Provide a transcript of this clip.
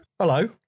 Hello